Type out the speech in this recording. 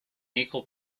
equal